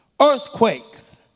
Earthquakes